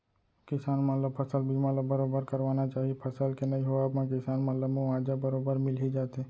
किसान मन ल फसल बीमा ल बरोबर करवाना चाही फसल के नइ होवब म किसान मन ला मुवाजा बरोबर मिल ही जाथे